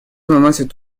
наносит